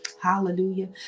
Hallelujah